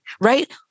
Right